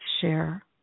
share